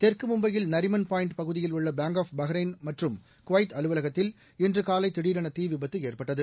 தெற்கு மும்பையில் நரிமன் பாய்ன்ட் பகுதியில் உள்ள பேங்க் ஆப் பஹ்ரைன் மற்றும் குவைத் அலுவலகத்தில் இன்று காலை திடீரென தீ விபத்து ஏற்பட்டது